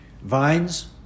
vines